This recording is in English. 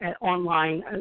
online